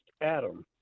Adam